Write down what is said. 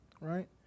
right